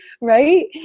right